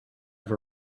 have